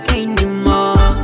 anymore